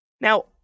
Now